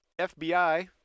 FBI